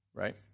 Right